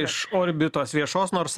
iš orbitos viešos nors